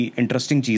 interesting